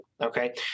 Okay